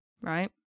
right